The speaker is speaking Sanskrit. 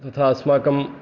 तथा अस्माकम्